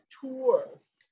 tours